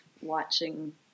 watching